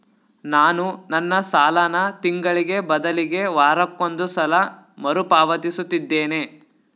ನಾನು ನನ್ನ ಸಾಲನ ತಿಂಗಳಿಗೆ ಬದಲಿಗೆ ವಾರಕ್ಕೊಂದು ಸಲ ಮರುಪಾವತಿಸುತ್ತಿದ್ದೇನೆ